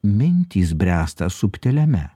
mintys bręsta subtiliame